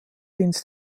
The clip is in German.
ins